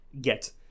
get